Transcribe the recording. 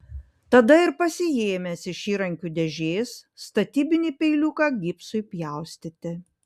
tada ir pasiėmęs iš įrankių dėžės statybinį peiliuką gipsui pjaustyti